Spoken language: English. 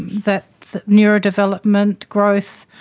that that neurodevelopment growth,